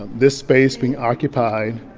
this space being occupied